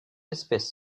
espèce